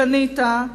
קנית,